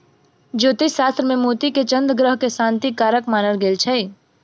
ज्योतिष शास्त्र मे मोती के चन्द्र ग्रह के शांतिक कारक मानल गेल छै